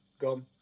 gone